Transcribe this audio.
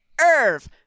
Irv